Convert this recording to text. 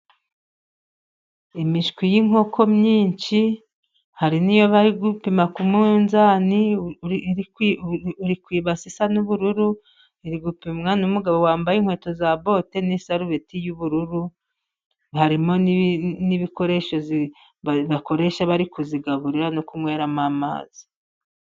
Imishwi y'inkoko myinshi ,hari n'iyo bari gupima ku munzani, iri kw'ibase isa n'ubururu, iri gupimwa n'umugabo wambaye inkweto za bote, n'isarubeti y'ubururu, harimo n'ibikoresho bakoresha bari kuzigaburira no kunyweramo amazi.